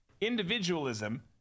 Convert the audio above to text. individualism